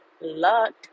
luck